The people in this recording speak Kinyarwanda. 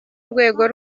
rwego